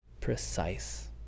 precise